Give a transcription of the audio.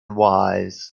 wise